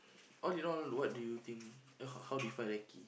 all in all what do you think h~ how how do you find recce